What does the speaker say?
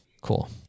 Cool